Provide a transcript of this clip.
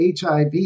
HIV